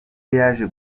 yaje